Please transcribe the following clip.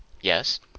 Yes